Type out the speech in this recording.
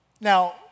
Now